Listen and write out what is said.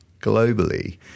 globally